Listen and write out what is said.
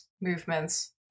movements